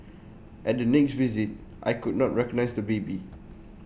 at the next visit I could not recognise the baby